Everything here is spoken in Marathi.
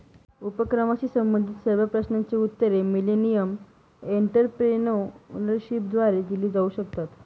उपक्रमाशी संबंधित सर्व प्रश्नांची उत्तरे मिलेनियम एंटरप्रेन्योरशिपद्वारे दिली जाऊ शकतात